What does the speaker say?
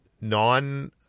non